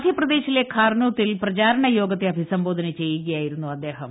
മധ്യപ്രദേശിലെ ഖാർനോത്തിൽ പ്രചാരണ യോഗത്തെ അഭിസംബോധന ചെയ്യുകയായിരുന്നു അദ്ദേഹം